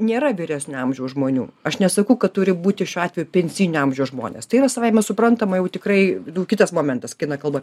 nėra vyresnio amžiaus žmonių aš nesakau kad turi būti šiuo atveju pensinio amžiaus žmonės tai yra savaime suprantama jau tikrai daug kitas momentas kai eina kalba